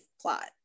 plot